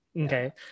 Okay